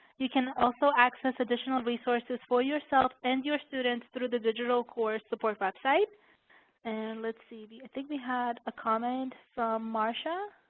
you can also access additional resources for yourself and your students through the digital course support website and let's see. i think we had a comment from marsha